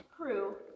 crew